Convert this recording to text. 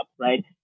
right